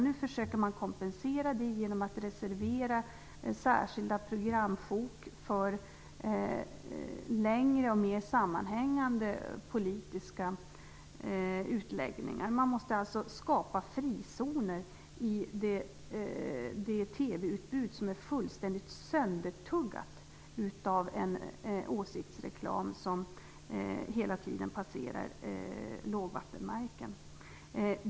Nu försöker man kompensera det genom att reservera särskilda programsjok för längre och mer sammanhängande politiska utläggningar. Man måste alltså skapa frizoner i det TV-utbud som är fullständigt söndertuggat av en åsiktsreklam som hela tiden passerar lågvattenmärken.